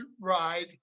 ride